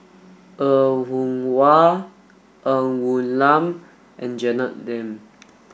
Er Kwong Wah Ng Woon Lam and Janet Lim